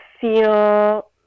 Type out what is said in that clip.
feel